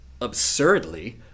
absurdly